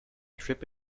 trip